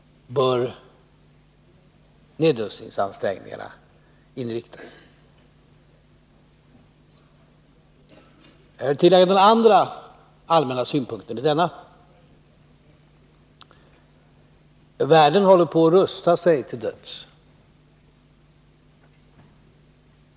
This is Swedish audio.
Nedrustningsansträngningarna bör inriktas på detta. Jag vill tillägga några andra allmänna synpunkter. Världen håller på att rusta sig till döds.